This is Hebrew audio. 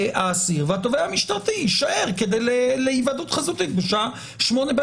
האסיר והתובע המשטרתי יישאר להיוועדות חזותית ב-20:00,